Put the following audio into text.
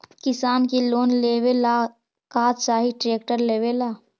किसान के लोन लेबे ला का चाही ट्रैक्टर लेबे ला?